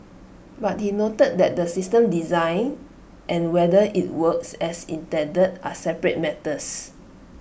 but he noted that the system's design and whether IT works as intended are separate matters